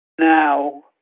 now